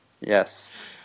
Yes